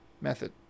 method